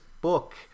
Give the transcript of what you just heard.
book